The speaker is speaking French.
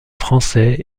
français